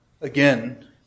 again